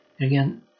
Again